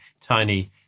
tiny